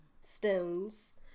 stones